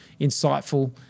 insightful